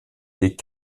est